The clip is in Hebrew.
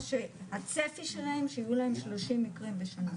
שהצפי שלהם שיהיו שלושים מקרים בשנה,